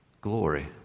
glory